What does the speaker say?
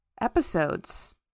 episodes